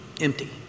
empty